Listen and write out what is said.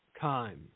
time